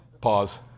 pause